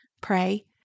pray